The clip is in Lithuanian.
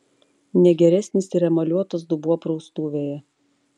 ne geresnis ir emaliuotas dubuo praustuvėje